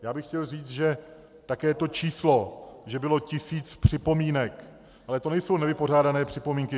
Já bych chtěl říct, že také to číslo, že bylo tisíc připomínek ale to nejsou nevypořádané připomínky.